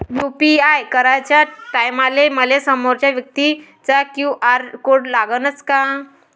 UPI कराच्या टायमाले मले समोरच्या व्यक्तीचा क्यू.आर कोड लागनच का?